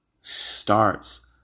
Starts